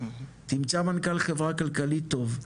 תמצא מנכ"ל חברה כלכלית טוב,